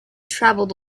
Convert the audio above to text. traveled